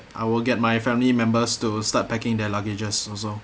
I will get my family members to start packing their luggages also